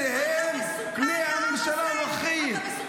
אלה הם פני הממשלה הנוכחית.